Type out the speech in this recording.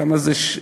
כמה זה?